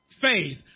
faith